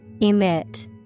Emit